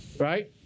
right